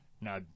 Now